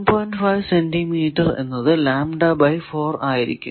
5 centimetre എന്നത് ആയിരിക്കും